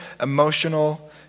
emotional